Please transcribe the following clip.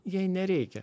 jai nereikia